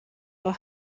are